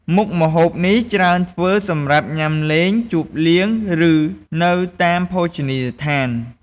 មុខម្ហូបនេះច្រើនធ្វើសម្រាប់ញ៉ាំលេង ជប់លៀង ឬនៅតាមភោជនីយដ្ឋាន។